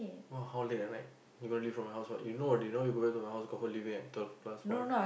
!wah! how late at night you going to leave from my house what you know already now you go back to my house confirm leaving at twelve plus one